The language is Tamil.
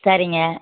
சரிங்க